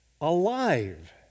alive